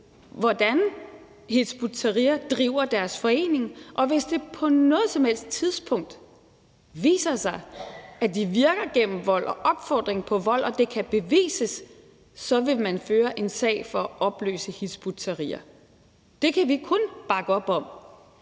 hvordan Hizb ut-Tahrir driver deres forening, og hvis det på noget som helst tidspunkt viser sig, at de virker gennem vold og opfordring til vold, og at det kan bevises, så vil man føre en sag for at opløse Hizb ut-Tahrir. Det kan vi kun bakke op om.